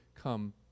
come